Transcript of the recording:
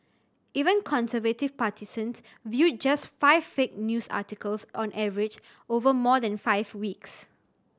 even conservative partisans viewed just five fake news articles on average over more than five weeks